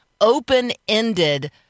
open-ended